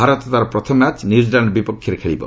ଭାରତ ତା'ର ପ୍ରଥମ match New Zealand ବିପକ୍ଷରେ ଖେଳିବ